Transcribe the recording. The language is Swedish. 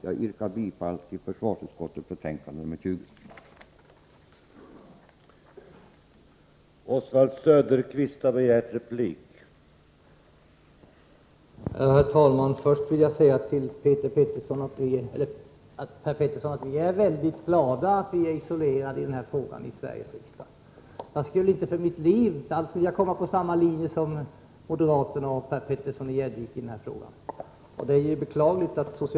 Jag yrkar bifall till försvarsutskottets hemställan i betänkande nr 20.